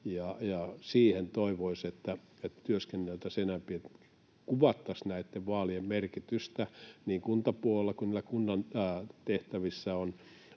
siihen toivoisi, että työskenneltäisiin enempi, että kuvattaisiin näitten vaalien merkitystä niin kuntapuolella, eli mitä kunnan tehtävissä on,